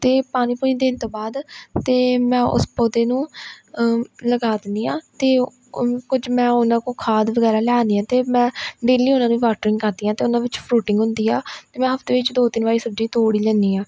ਅਤੇ ਪਾਣੀ ਪੁਣੀ ਦੇਣ ਤੋਂ ਬਾਅਦ ਅਤੇ ਮੈਂ ਉਸ ਪੌਦੇ ਨੂੰ ਲਗਾ ਦਿੰਦੀ ਹਾਂ ਅਤੇ ਉਹ ਕੁਝ ਮੈਂ ਉਹਨਾਂ ਕੋਲ ਖਾਦ ਵਗੈਰਾ ਲੈ ਆਉਂਦੀ ਹਾਂ ਅਤੇ ਮੈਂ ਡੇਲੀ ਉਹਨਾਂ ਦੀ ਵਾਟਰਿੰਗ ਕਰਦੀ ਹਾਂ ਅਤੇ ਉਹਨਾਂ ਵਿੱਚ ਫਰੂਟਿੰਗ ਹੁੰਦੀ ਆ ਮੈਂ ਹਫ਼ਤੇ ਵਿੱਚ ਦੋ ਤਿੰਨ ਵਾਰੀ ਸਬਜ਼ੀ ਤੋੜ ਹੀ ਲੈਂਦੀ ਹਾਂ